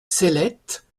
cellettes